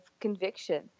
conviction